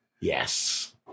Yes